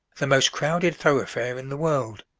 the most crowded thoroughfare in the world.